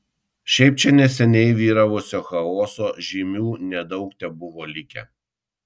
šiaip čia neseniai vyravusio chaoso žymių nedaug tebuvo likę